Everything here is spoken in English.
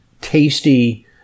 tasty